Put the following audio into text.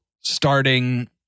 starting